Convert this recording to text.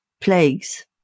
plagues